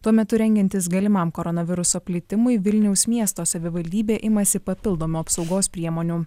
tuo metu rengiantis galimam koronaviruso plitimui vilniaus miesto savivaldybė imasi papildomų apsaugos priemonių